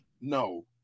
No